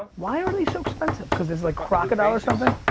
why are they so expensive, cause this is like crocodile or somethin?